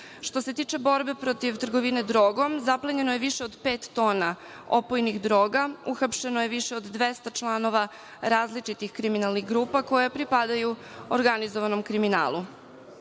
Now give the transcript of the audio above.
Što se tiče borbe protiv trgovine drogom, zaplenjeno je više od pet toga opojnih droga, uhapšeno je više od 200 članova različitih kriminalnih grupa koje pripadaju organizovanom kriminalu. Sa